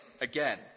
again